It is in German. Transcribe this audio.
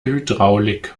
hydraulik